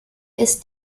ist